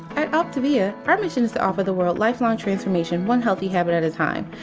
at optavia, our mission is to offer the world lifelong transformation, one healthy habit at a time.